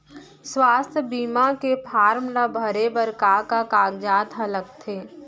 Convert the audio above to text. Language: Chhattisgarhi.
स्वास्थ्य बीमा के फॉर्म ल भरे बर का का कागजात ह लगथे?